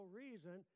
reason